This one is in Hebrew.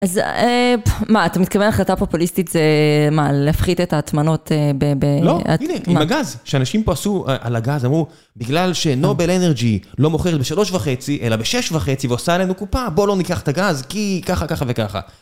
אז מה, אתה מתכוון החלטה פופוליסטית זה מה, לפחית את ההטמנות ב... לא, הנה, עם הגז, שאנשים פה עשו על הגז, אמרו, בגלל שנובל אנרגי לא מוכרת ב-3.5 אלא ב-6.5 ועושה עלינו קופה, בואו לא ניקח את הגז כי ככה ככה וככה.